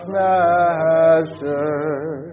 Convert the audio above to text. measure